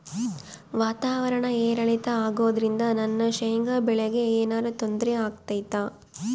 ವಾತಾವರಣ ಏರಿಳಿತ ಅಗೋದ್ರಿಂದ ನನ್ನ ಶೇಂಗಾ ಬೆಳೆಗೆ ಏನರ ತೊಂದ್ರೆ ಆಗ್ತೈತಾ?